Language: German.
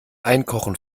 einkochen